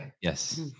Yes